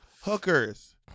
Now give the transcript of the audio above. hookers